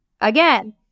Again